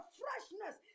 freshness